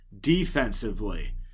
Defensively